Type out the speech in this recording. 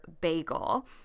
bagel